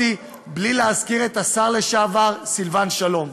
בלי להזכיר את השר לשעבר סילבן שלום,